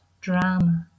drama